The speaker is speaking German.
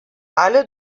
alle